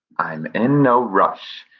i'm in no rush.